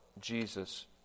Jesus